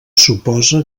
suposa